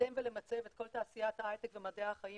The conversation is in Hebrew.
לקדם ולמצב את כל תעשיית הייטק ומדעי החיים